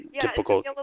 typical